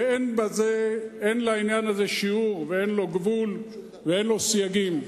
ואין לעניין הזה שיעור ואין לו גבול ואין לו סייגים.